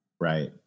Right